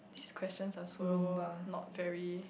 these questions are so not very